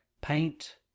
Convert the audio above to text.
Paint